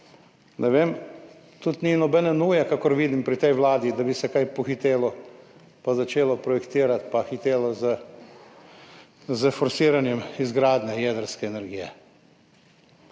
Ne vem, tudi ni nobene nuje, kakor vidim pri tej vladi, da bi se kaj pohitelo pa začelo projektirati pa hitelo s forsiranjem izgradnje jedrske elektrarne.